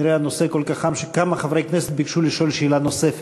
כנראה הנושא כל כך חם שכמה חברי כנסת ביקשו לשאול שאלה נוספת.